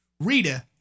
Rita